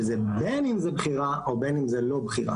שזה בין אם זה בחירה או בין אם זה לא בחירה.